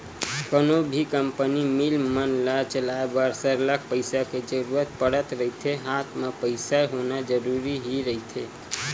कोनो भी company, mill मन ल चलाय बर सरलग पइसा के जरुरत पड़त रहिथे हात म पइसा होना जरुरी ही रहिथे